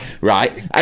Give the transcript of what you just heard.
right